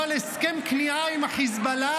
אבל הסכם כניעה עם החיזבאללה,